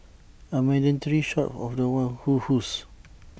A mandatory shot of The One who who's